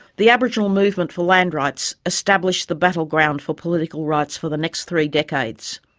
the aboriginal movement for land rights established the battleground for political rights for the next three decades,